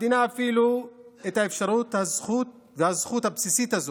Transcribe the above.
אפילו את האפשרות והזכות הבסיסיות האלה,